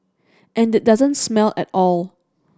and it doesn't smell at all